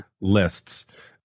lists